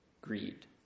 greed